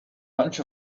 bunch